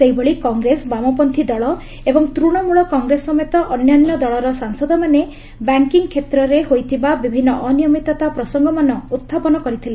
ସେହିଭଳି କଂଗ୍ରେସ ବାମପତ୍ରୀ ଦଳ ଏବଂ ତୃଣମୂଳ କଂଗ୍ରେସ ସମେତ ଅନ୍ୟାନ୍ୟ ଦଳର ସାଂସଦମାନେ ବ୍ୟାଙ୍କିଙ୍ଗ୍ କ୍ଷେତ୍ରରେ ହୋଇଥିବା ବିଭିନ୍ନ ଅନିୟମିତତା ପ୍ରସଙ୍ଗମାନ ଉହ୍ଚାପନ କରିଥିଲେ